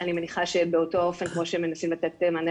אני מניחה שבאותו אופן כמו שמנסים לתת מענה